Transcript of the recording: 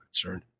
concerned